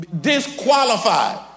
Disqualified